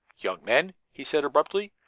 young men, he said abruptly,